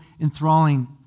enthralling